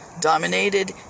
dominated